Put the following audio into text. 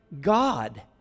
God